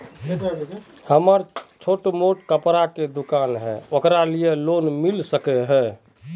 हमरा छोटो मोटा कपड़ा के दुकान है ओकरा लिए लोन मिलबे सके है?